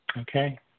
Okay